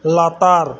ᱞᱟᱛᱟᱨ